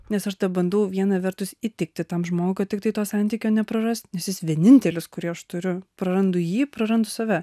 nes aš bandau viena vertus įtikti tam žmogui tiktai to santykio neprarast nes jis vienintelis kurį aš turiu prarandu jį prarandu save